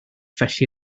felly